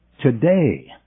today